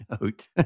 note